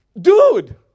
Dude